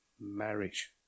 marriage